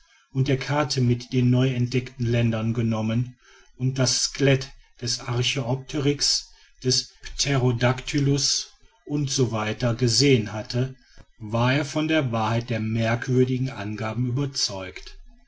und der karte mit den neu entdeckten ländern genommen und das skelett des archäopteryx des pterodaktylus u s w gesehen hatte war er von der wahrheit der merkwürdigen angaben überzeugt